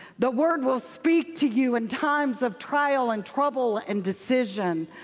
the word will speak to you in times of trial, and trouble, and decision.